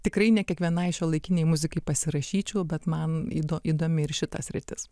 tikrai ne kiekvienai šiuolaikinei muzikai pasirašyčiau bet man įdomi ir šita sritis